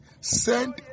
send